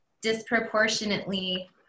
disproportionately